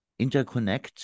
interconnect